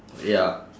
ya